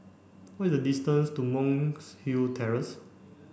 what is the distance to Monk's Hill Terrace